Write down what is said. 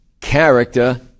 character